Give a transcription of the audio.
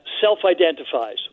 self-identifies